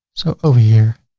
so over here,